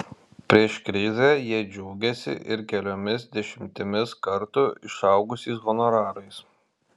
prieš krizę jie džiaugėsi ir keliomis dešimtimis kartų išaugusiais honorarais